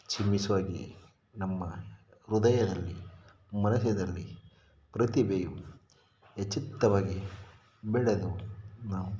ಚಿಮ್ಮಿಸುವಾಗ ನಮ್ಮ ಹೃದಯದಲ್ಲಿ ಮನಸ್ಸಿನಲ್ಲಿ ಪ್ರತಿಭೆಯು ಯಥೇಚ್ಛವಾಗಿ ಬೆಳೆದು ನಾವು